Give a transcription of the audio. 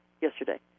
yesterday